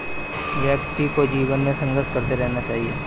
व्यक्ति को जीवन में संघर्ष करते रहना चाहिए